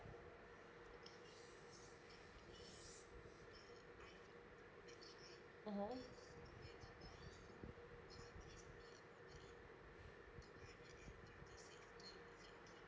mmhmm